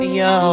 yo